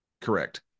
correct